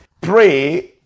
pray